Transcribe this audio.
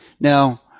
Now